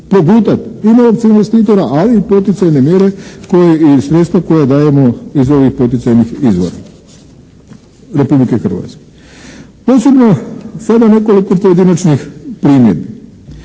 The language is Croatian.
progutati i novce investitora ali i poticajne mjere koje i sredstva koja dajemo iz ovih poticajnih izvora Republike Hrvatske. Posebno sada nekoliko pojedinačnih primjedbi.